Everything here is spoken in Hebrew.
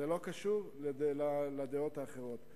זה לא קשור לדעות האחרות.